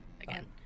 again